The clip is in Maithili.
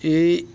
ई